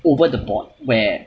over the board where